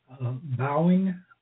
bowing